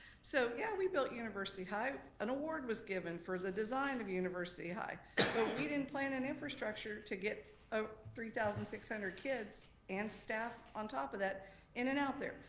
so yeah we built university high. an award was given for the design of university high. but we didn't plan an infrastructure to get ah three thousand six hundred kids and staff on top of that in and out there.